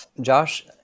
Josh